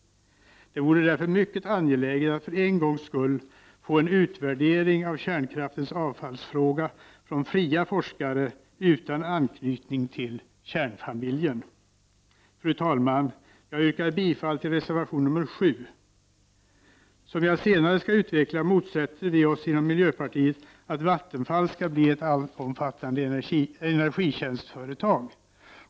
Därför vore det mycket angeläget att för en gångs skull få en utvärdering av frågan om kärnkraftens avfall, utförd av fria forskare utan anknytning till ”kärnfamiljen”. Fru talman! Jag yrkar bifall till reservation nr 6. Inom miljöpartiet motsätter vi oss att Vattenfall skall bli ett allt omfattande energitjänstföretag.